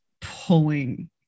pulling